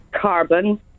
Carbon